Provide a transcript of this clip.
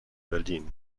berlin